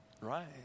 Right